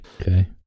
okay